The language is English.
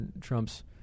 Trump's